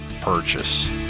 purchase